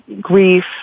grief